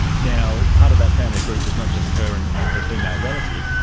now, part of that family group was not just her and and her female relative,